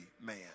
man